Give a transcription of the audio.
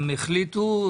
הם החליטו,